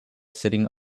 sitting